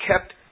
kept